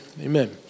Amen